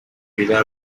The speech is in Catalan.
vida